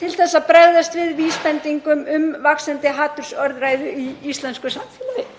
til að bregðast við vísbendingum um vaxandi hatursorðræðu í íslensku samfélagi.